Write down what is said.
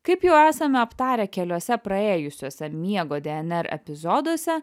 kaip jau esame aptarę keliuose praėjusiuose miego dnr epizoduose